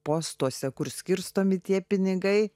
postuose kur skirstomi tie pinigai